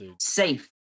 safe